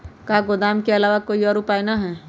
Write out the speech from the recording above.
का गोदाम के आलावा कोई और उपाय न ह?